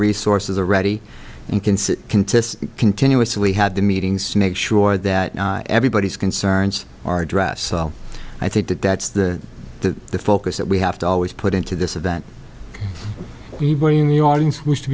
resources are ready and can contest continuously had the meetings to make sure that everybody's concerns are dress well i think that that's the the focus that we have to always put into this event anybody in the audience wish to